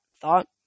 thought